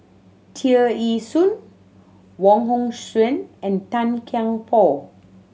Tear Ee Soon Wong Hong Suen and Tan Kian Por